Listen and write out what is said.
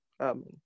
Amen